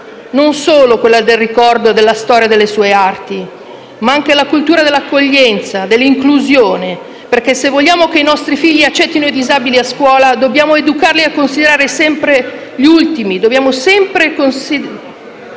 non solo a quella del ricordo e della storia delle sue arti, ma anche a quella dell'accoglienza e dell'inclusione. Se vogliamo che i nostri figli accettino i disabili a scuola, dobbiamo educarli a considerare sempre gli ultimi e a pensare